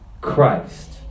Christ